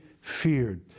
feared